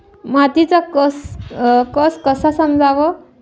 मातीचा कस कसा समजाव?